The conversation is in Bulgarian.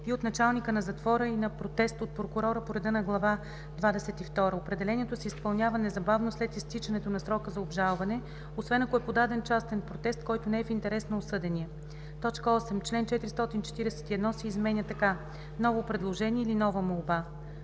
и от началника на затвора и на протест от прокурора по реда на глава двадесет и втора. Определението се изпълнява незабавно след изтичането на срока за обжалване, освен ако е подаден частен протест, който не е в интерес на осъдения.“ 8. Член 441 се изменя така: „Ново предложение или нова молба